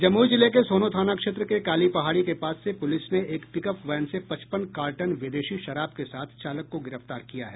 जमुई जिले के सोनो थाना क्षेत्र के काली पहाड़ी के पास से पूलिस ने एक पिकअप वैन से पचपन कार्टन विदेशी शराब के साथ चालक को गिरफ्तार किया है